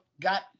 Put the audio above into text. got